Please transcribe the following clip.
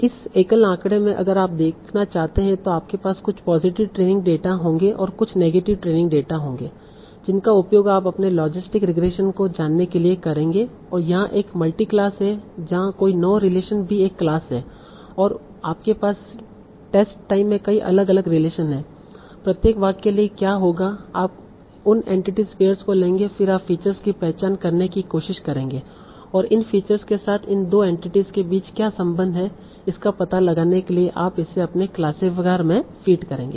इस एकल आंकड़े में अगर आप देखना चाहते हैं तो आपके पास कुछ पॉजिटिव ट्रेनिंग डेटा होंगे और कुछ नेगेटिव ट्रेनिंग डेटा होंगे जिनका उपयोग आप अपने लॉजिस्टिक रिग्रेशन को जानने के लिए करेंगे और यहां एक मल्टी क्लास है जहां कोई नो रिलेशन भी एक क्लास है और आपके पास टेस्ट टाइम में कई अलग अलग रिलेशन हैं प्रत्येक वाक्य के लिए क्या होगा आप उन एंटिटी पेयर्स को लेंगे फिर आप फीचर्स की पहचान करने की कोशिश करेंगे और इन फीचर्स के साथ इन 2 एंटिटीस के बीच क्या संबंध है इसका पता लगाने के लिए आप इसे अपने क्लासिफायर में फीड करेंगे